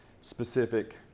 specific